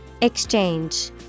Exchange